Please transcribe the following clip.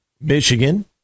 Michigan